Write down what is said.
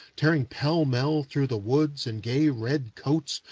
tearing pell-mell through the woods in gay red coats,